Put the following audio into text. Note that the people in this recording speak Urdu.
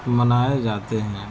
منائے جاتے ہیں